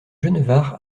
genevard